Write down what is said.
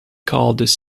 called